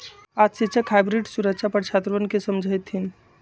आज शिक्षक हाइब्रिड सुरक्षा पर छात्रवन के समझय थिन